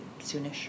soonish